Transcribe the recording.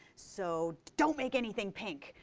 so don't make anything pink.